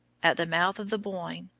at the mouth of the boyne,